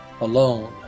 alone